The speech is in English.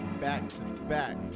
back-to-back